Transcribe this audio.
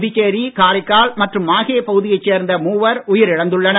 புதுச்சேரி காரைக்கால் மற்றும் மாஹே பகுதியை சேர்ந்த மூவர் உயிரிழந்துள்ளனர்